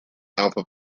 alpha